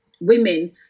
women